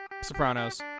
sopranos